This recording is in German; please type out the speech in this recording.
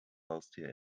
haustier